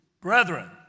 Brethren